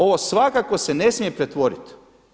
Ovo svakako se ne smije pretvoriti.